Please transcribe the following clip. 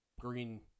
green